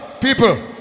people